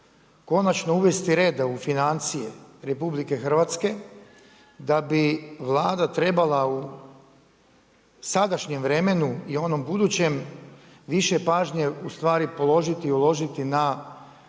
konačno uvesti reda u financije RH da bi Vlada trebala u sadašnjem vremenu i onom budućem više pažnje uložiti na stvaranje